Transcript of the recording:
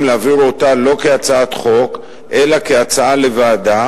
להעביר אותה לא כהצעת חוק אלא כהצעה לוועדה,